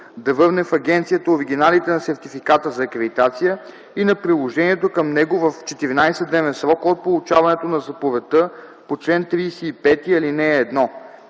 да върне в агенцията оригиналите на сертификата за акредитация и на приложението към него в 14-дневен срок от получаването на заповедта по чл. 35, ал. 1.